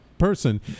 person